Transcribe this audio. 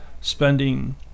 spending